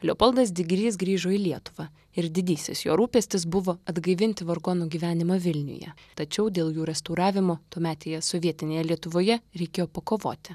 leopoldas digrys grįžo į lietuvą ir didysis jo rūpestis buvo atgaivinti vargonų gyvenimą vilniuje tačiau dėl jų restauravimo tuometėje sovietinėje lietuvoje reikėjo pakovoti